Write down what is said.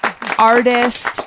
artist